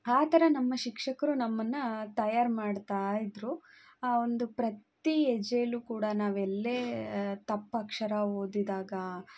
ಆ ಥರ ನಮ್ಮ ಶಿಕ್ಷಕರು ನಮ್ಮನ್ನು ತಯಾರು ಮಾಡ್ತಾ ಇದ್ದರು ಆ ಒಂದು ಪ್ರತಿ ಹೆಜ್ಜೆಯಲ್ಲು ಕೂಡ ನಾವೆಲ್ಲೇ ತಪ್ಪು ಅಕ್ಷರ ಓದಿದಾಗ